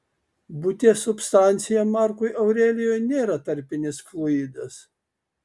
būties substancija markui aurelijui nėra tarpinis fluidas